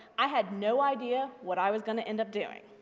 i had no idea what i was going to end up doing.